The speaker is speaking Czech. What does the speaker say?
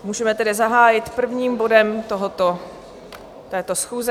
Můžeme tedy zahájit prvním bodem této schůze.